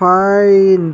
fine